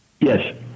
Yes